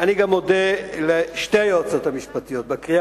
אני גם מודה לשתי היועצות המשפטיות: לקריאה